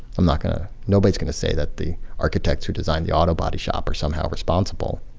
i'm not going to nobody's going to say that the architects who designed the auto body shop or somehow responsible,